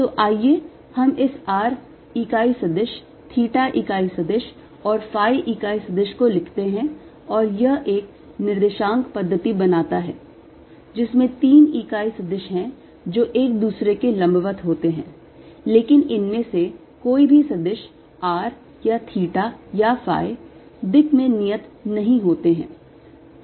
तो आइए हम इस r इकाई सदिश theta इकाई सदिश और फाइ इकाई सदिश को लिखते हैं और यह एक निर्देशांक पद्धति बनाता है जिसमें तीन इकाई सदिश है जो एक दूसरे के लंबवत होते हैं लेकिन इनमें से कोई भी सदिश r या theta या phi दिक् में नियत नहीं होते है